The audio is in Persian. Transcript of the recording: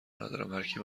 ندارم، هرکی